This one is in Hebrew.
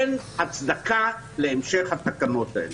אין הצדקה להמשיך התקנות האלה.